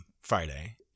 Friday